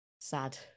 sad